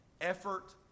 effort